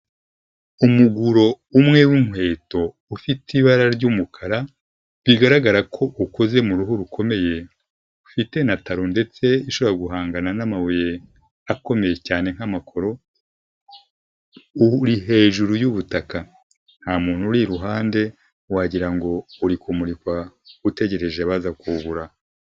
Umugururo umwe winkweto, ufite ibara ry'umukara bigaragara ko ukoze mu ruhu rukomeye, ufite na taro ndetse ishobora guhangana n'amabuye akomeye cyane, nk'amakoro uri hejuru y'ubutaka, nta muntu uri iruhande, wagira ngo uri kumukwa utegereje baza kuwugura.